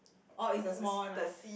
oh is the small one lah